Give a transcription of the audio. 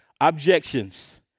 objections